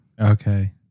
Okay